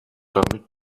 damit